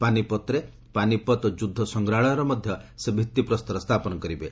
ପାନିପତ୍ରେ ପାନିପତ୍ ଯ୍ରଦ୍ଧ ସଂଗ୍ରହାଳୟର ମଧ୍ୟ ସେ ଭିଭିପ୍ରସ୍ତର ସ୍ଥାପନ କରିବେ